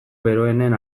beroenen